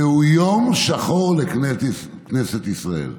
זהו יום שחור לכנסת ישראל".